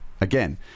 Again